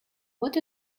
what